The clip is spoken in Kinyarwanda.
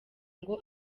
ngo